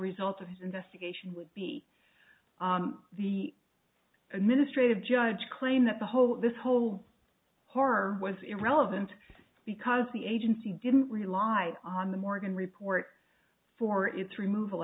result of his investigation would be the administrative judge claim that the whole this whole horror was irrelevant because the agency didn't rely on the morgan report for its removal